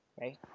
Right